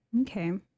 Okay